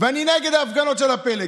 אני נגד ההפגנות של פלג.